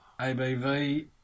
ABV